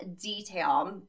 detail